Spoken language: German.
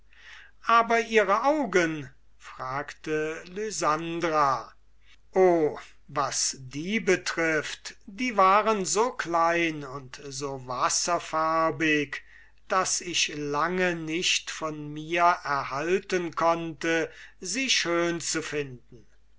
aber ihre augen fragte lysandra o was die betrifft die waren so klein und so wasserfarbig daß ich lange nicht von mir erhalten konnte sie schön zu finden